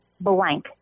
blank